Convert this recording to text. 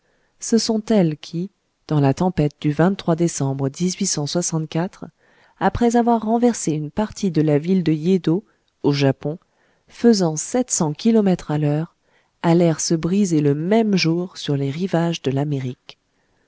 ce sont elles qui dans la tempête du décembre après avoir renversé une partie de la ville de yéddo au japon faisant sept cents kilomètres à l'heure allèrent se briser le même jour sur les rivages de l'amérique